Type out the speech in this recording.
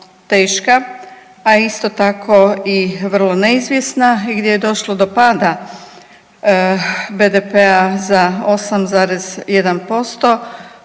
teška, a isto tako i vrlo neizvjesna i gdje došlo do pada BDP-a za 8,1%